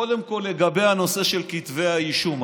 קודם כול לגבי הנושא של כתבי האישום,